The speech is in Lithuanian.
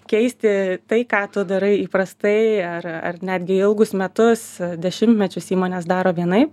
keisti tai ką tu darai įprastai ar ar netgi ilgus metus dešimtmečius įmonės daro vienaip